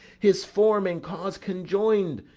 his form and cause conjoin'd,